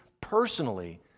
personally